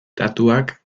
datuak